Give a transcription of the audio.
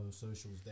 socials